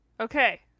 Okay